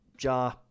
Ja